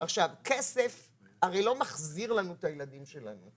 כסף הרי לא מחזיר לנו את הילדים שלנו,